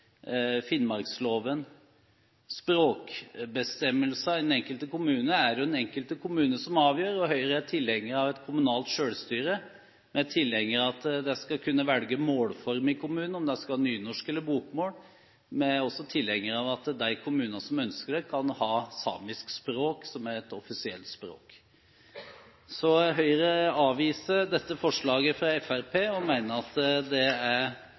finnmarksloven. Språkbestemmelser innen den enkelte kommune er det den enkelte kommune som avgjør, og Høyre er tilhenger av et kommunalt selvstyre. Vi er tilhengere av at de skal kunne velge målform i kommunen, om de skal ha nynorsk eller bokmål. Vi er også tilhengere av at de kommunene som ønsker det, kan ha samisk språk som et offisielt språk. Høyre avviser dette forslaget fra Fremskrittspartiet og mener at det er